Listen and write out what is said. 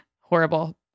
Horrible